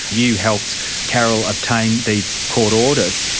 you helped carol obtain these court orders.